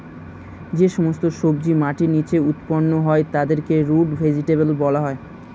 যে সমস্ত সবজি মাটির নিচে উৎপন্ন হয় তাদেরকে রুট ভেজিটেবল বলা হয়